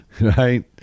right